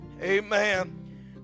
Amen